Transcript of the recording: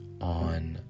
on